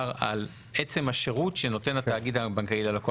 לבנק להחליט על פי שיקול דעתו איך הוא שולח